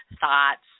thoughts